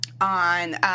on